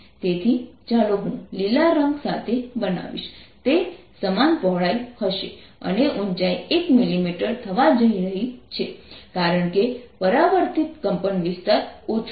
તેથી ચાલો હું લીલા રંગ સાથે બનાવીશ તે સમાન પહોળાઈ હશે અને ઊંચાઈ 1 mm થવા જઈ રહી છે કારણ કે પરાવર્તિત કંપનવિસ્તાર ઓછું છે